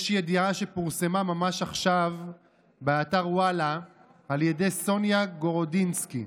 יש ידיעה שפורסמה ממש עכשיו באתר וואלה על ידי סוניה גורודיסקי,